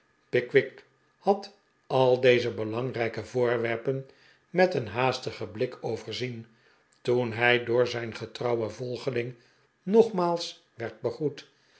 pickwick had al deze belangrijke voorwerpen met een haastigen blik overzien toen hij door zijn getrouwen volgeling nogmaals werd